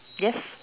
yes